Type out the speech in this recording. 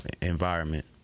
environment